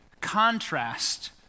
contrast